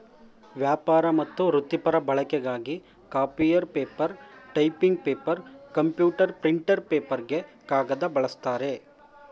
ವ್ಯಾಪಾರ ಮತ್ತು ವೃತ್ತಿಪರ ಬಳಕೆಗಾಗಿ copier paper typing paper computer printer ಪೇಪರ್ಗೆ ಕಾಗದ ಬಳಸ್ತಾರೆ